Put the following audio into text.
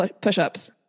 push-ups